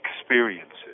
experiences